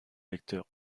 lecteurs